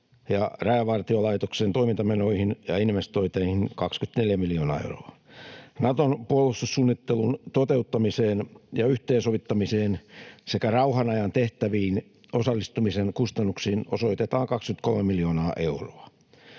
Rajavartiolaitoksen toimintamenoihin ja investointeihin 24 miljoonaa euroa. Naton puolustussuunnittelun toteuttamiseen ja yhteensovittamiseen sekä rauhanajan tehtäviin osallistumisen kustannuksiin osoitetaan 23 miljoonaa euroa.